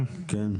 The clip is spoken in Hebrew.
כן.